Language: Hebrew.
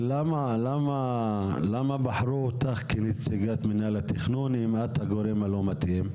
למה בחרו אותך כנציגת מינהל התכנון אם את הגורם הלא מתאים?